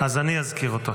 אז אני אזכיר אותו.